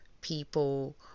people